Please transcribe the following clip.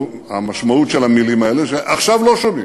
משמעות המילים האלה היא שעכשיו לא שומעים.